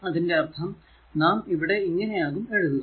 അതിന്റെ അർഥം നാം ഇവിടെ ഇങ്ങനെ ആകും എഴുതുക